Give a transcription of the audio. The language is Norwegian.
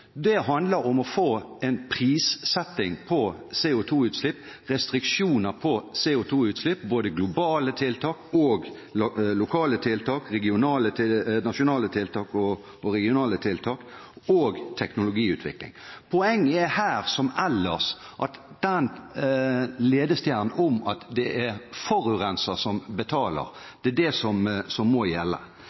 Det handler om å få satt en pris på og få restriksjoner på CO2-utslipp, få globale og lokale – nasjonale og regionale – tiltak og teknologiutvikling. Poenget er her – som ellers – at den ledestjernen at det er forurenser som betaler,